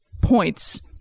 points